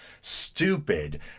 stupid